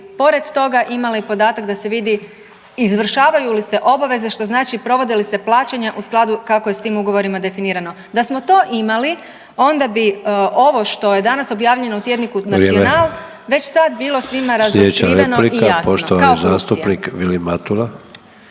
pored toga imali podatak da se vidi izvršavaju li se obveze, što znači provode li se plaćanja u skladu kako je s tim ugovorima definirano. Da smo to imali onda bi ovo što je danas objavljeno u tjedniku „Nacional“ već sad bilo svima razotkriveno i jasno